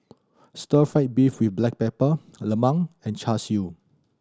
stir fried beef with black pepper lemang and Char Siu